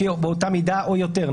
שיהיה באותה מידה או יותר,